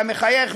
אתה מחייך,